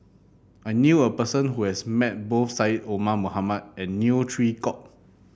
I knew a person who has met both Syed Omar Mohamed and Neo Chwee Kok